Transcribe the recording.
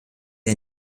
ihr